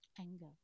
anger